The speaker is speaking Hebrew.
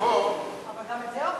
ופה, אבל גם את זה אוכפים.